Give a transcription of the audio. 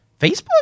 Facebook